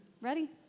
Ready